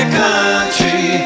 country